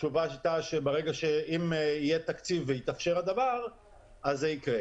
התשובה הייתה שאם יהיה תקציב ויתאפשר הדבר אז זה יקרה,